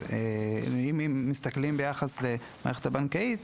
אם מסתכלים ביחס למערכת הבנקאית,